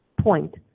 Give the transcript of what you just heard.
point